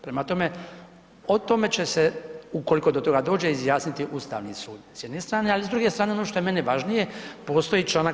Prema tome, o tome će se, ukoliko do toga dođe, izjasniti Ustavni sud s jedne strane, ali s druge strane ono što je meni važnije, postoji čl.